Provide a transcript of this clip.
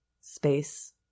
space